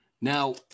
Now